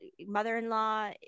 mother-in-law